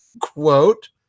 quote